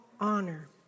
honor